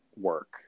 work